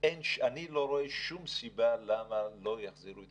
אני לא רואה שום סיבה למה לא יחזירו את